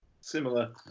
Similar